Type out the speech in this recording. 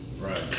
Right